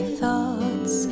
thoughts